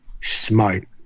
smart